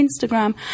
Instagram